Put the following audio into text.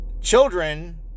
children